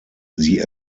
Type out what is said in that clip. sie